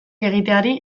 egiteari